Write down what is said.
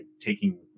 taking